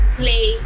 play